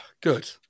Good